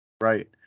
Right